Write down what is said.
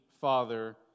father